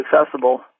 accessible